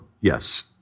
yes